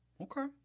Okay